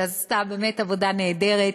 שעשתה באמת עבודה נהדרת,